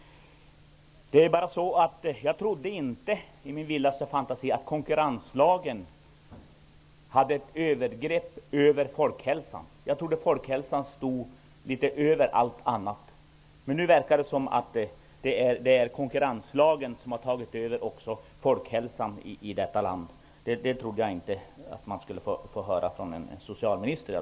Jag trodde inte i min vildaste fantasi att konkurrenslagen var överordnad folkhälsan. Jag trodde att folkhälsan stod över allt annat. Men nu verkar det som om det är konkurrenslagen som har tagit över också folkhälsan i detta land. Det trodde jag inte att man skulle få höra från en socialminister.